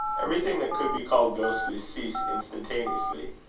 everything that could be called ghostly, ceased instantaneously.